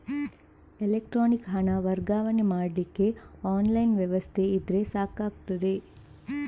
electronic ಹಣ ವರ್ಗಾವಣೆ ಮಾಡ್ಲಿಕ್ಕೆ ಆನ್ಲೈನ್ ವ್ಯವಸ್ಥೆ ಇದ್ರೆ ಸಾಕಾಗ್ತದೆ